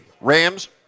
Rams